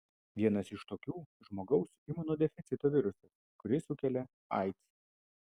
vienas iš tokių žmogaus imunodeficito virusas kuris sukelia aids